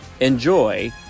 Enjoy